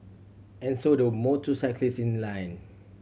and so the motorcyclist in line